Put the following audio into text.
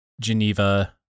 Geneva